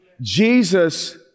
Jesus